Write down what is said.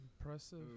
Impressive